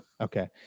Okay